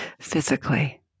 physically